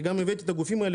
אני גם הבאתי את הגופים האלה,